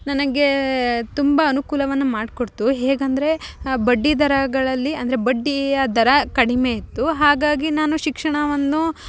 ನನಗೆ ತುಂಬ ಅನುಕೂಲವನ್ನು ಮಾಡಿಕೊಡ್ತು ಹೇಗಂದರೆ ಬಡ್ಡಿದರಗಳಲ್ಲಿ ಅಂದರೆ ಬಡ್ಡಿಯ ದರ ಕಡಿಮೆ ಇತ್ತು ಹಾಗಾಗಿ ನಾನು ಶಿಕ್ಷಣವನ್ನು